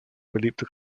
beliebte